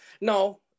No